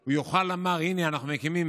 שהוא יוכל לומר: הינה, אנחנו מקימים